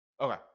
okay